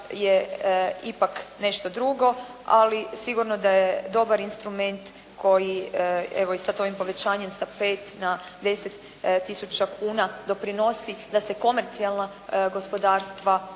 je ipak nešto drugo, ali sigurno da je dobar instrument koji i sad ovim povećanjem sa 5 na 10 tisuća kuna doprinosi da se komercijalna gospodarstva,